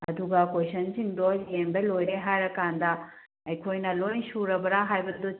ꯑꯗꯨꯒ ꯀꯣꯏꯁꯟꯁꯤꯡꯗꯣ ꯌꯦꯟꯕ ꯂꯣꯏꯔꯦ ꯍꯥꯏꯔ ꯀꯥꯟꯗ ꯑꯩꯈꯣꯏꯅ ꯂꯣꯏ ꯁꯨꯔꯕ꯭ꯔꯥ ꯍꯥꯏꯕꯗꯨ